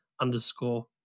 underscore